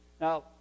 Now